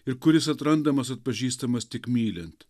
ir kuris atrandamas atpažįstamas tik mylint